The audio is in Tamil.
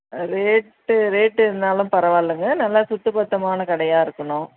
ரேட்டு ரேட்டு இருந்தாலும் பரவால்லங்க நல்லா சுத்தபத்தமான கடையாக இருக்கனும்